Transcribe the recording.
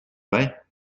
vingts